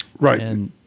right